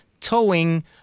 towing